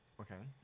Okay